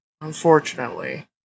Unfortunately